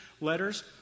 letters